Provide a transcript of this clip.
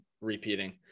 repeating